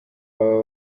baba